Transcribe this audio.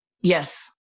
Yes